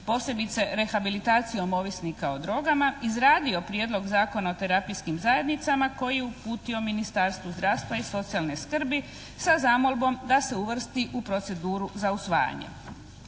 posebice rehabilitacijom ovisnika o drogama izradio Prijedlog Zakona o terapijskim zajednicama koji je uputio Ministarstvu zdravstva i socijalne skrbi sa zamolbom da se uvrsti u proceduru za usvajanje.